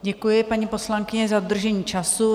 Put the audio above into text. Děkuji, paní poslankyně, za dodržení času.